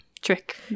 Trick